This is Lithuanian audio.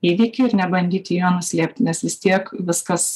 įvykį ir nebandyti jo nuslėpti nes vis tiek viskas